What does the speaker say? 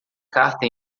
carta